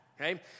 okay